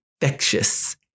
infectious